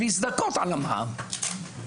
להזדכות על המע"מ,